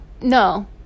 No